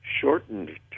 Shortened